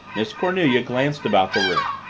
miss cornelia glanced about the room.